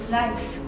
life